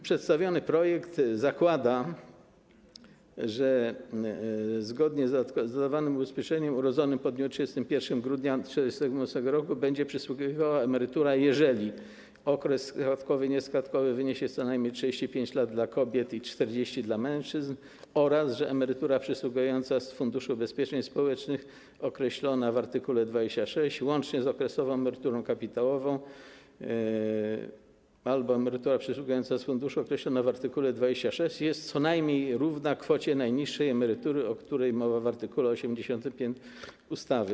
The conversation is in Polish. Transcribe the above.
Przedstawiany projekt zakłada, że zgodnie z dodawanym ubezpieczeniem urodzonym po dniu 31 grudnia 1948 r. będzie przysługiwała emerytura, jeżeli okres składkowy i nieskładkowy wyniesie co najmniej 35 lat dla kobiet i 40 dla mężczyzn, oraz że emerytura przysługująca z Funduszu Ubezpieczeń Społecznych określona w art. 26, łącznie z okresową emeryturą kapitałową, albo emerytura przysługująca z funduszu określona w art. 26 jest co najmniej równa kwocie najniższej emerytury, o której mowa w art. 85 ustawy.